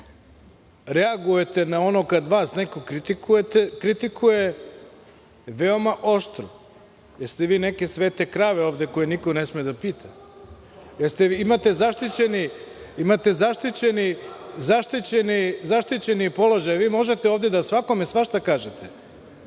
reagujete na ono kad vas neko kritikuje veoma oštro. Jeste li vi neke „svete krave“ ovde, koje niko ne sme da pita? Imate li zaštićeni položaj? Vi možete ovde svakome svašta da